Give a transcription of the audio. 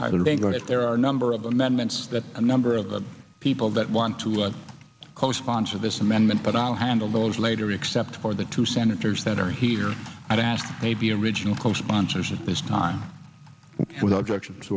to there are a number of amendments that a number of the people that want to co sponsor this amendment but i'll handle those later except for the two senators that are here i'd ask maybe original co sponsors at this time without objection